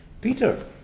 Peter